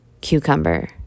cucumber